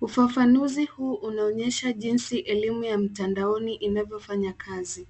Ufafanuzi huu unaonyesha jinsi elimu ya mitandaoni inavyofanya kazi.